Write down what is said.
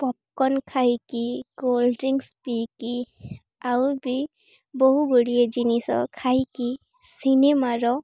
popcorn ଖାଇକି cold drinks ପଇିକି ଆଉ ବି ବହୁ ଗୁଡ଼ିଏ ଜିନିଷ ଖାଇକି ସିନେମାର